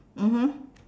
mmhmm